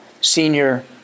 senior